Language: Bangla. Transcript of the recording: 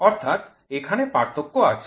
অর্থাৎ এখানে পার্থক্য আছে